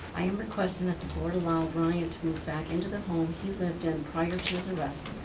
i am requesting that the board allow ryan to move back into the home he lived in prior to his arrest,